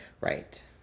Right